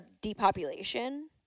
depopulation